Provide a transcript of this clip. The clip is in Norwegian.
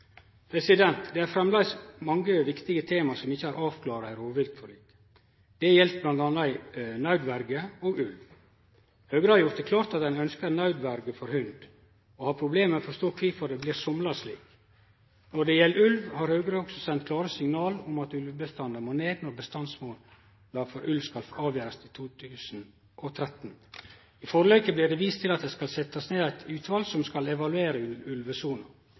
Det er framleis mange viktige tema som ikkje er avklara i rovviltforliket. Det gjeld bl.a. naudverje og ulv. Høgre har gjort det klart at vi ønskjer naudverje for hund, og vi har problem med å forstå kvifor det blir somla slik. Når det gjeld ulv, har Høgre også sendt klare signal om at ulvebestanden må ned når bestandsmåla for ulv skal avgjerast i 2013. I forliket blir det vist til at det skal setjast ned eit utval som skal evaluere